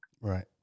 Right